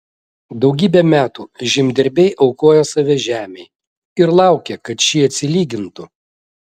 daugybę metų žemdirbiai aukoja save žemei ir laukia kad ši atsilygintų